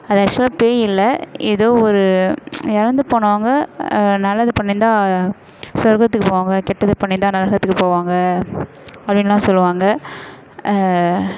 அது ஆக்ஸுவலாக பேய் இல்லை ஏதோ ஒரு இறந்து போனவங்க நல்லது பண்ணியிருந்தா சொர்க்கத்துக்கு போவாங்க கெட்டது பண்ணியிருந்தா நரகத்துக்கு போவாங்க அப்படின்லாம் சொல்லுவாங்க